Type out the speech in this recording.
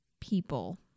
people